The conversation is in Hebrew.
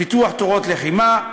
פיתוח תורות לחימה,